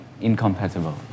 incompatible